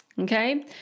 Okay